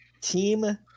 team –